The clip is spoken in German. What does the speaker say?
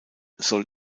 soll